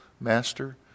master